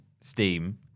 Steam